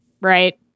Right